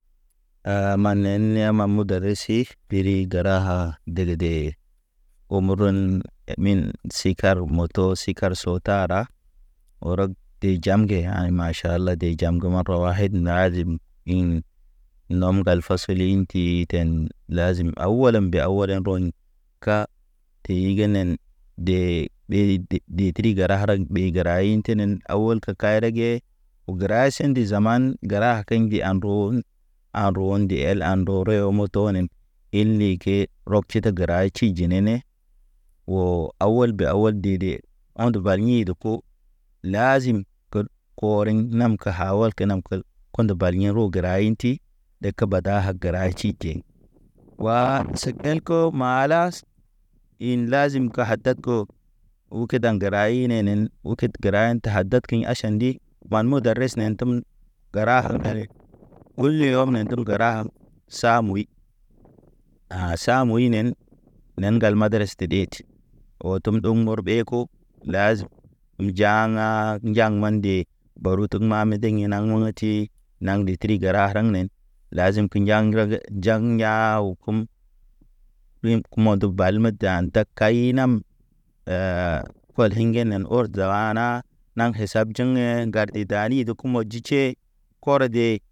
A ma niɛn ma mudarasi. Dili graha Dege dee Omo rɔn emin si kara moto si kar so tara orɔk de jamge ha̰y maʃalad bande jangə marə wayd nazim nɔm gal fasolo inti ten lazəm awolom be awolo bɔŋi ka ka tey gi nen dee ɓe deti gara garak ɓey gara in tenen awol ka kayrege gəra sindi zaman gəra a keyndi andron.